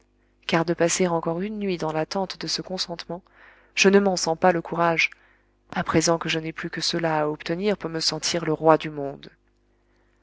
car de passer encore une nuit dans l'attente de ce consentement je ne m'en sens pas le courage à présent que je n'ai plus que cela à obtenir pour me sentir le roi du monde